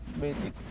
basic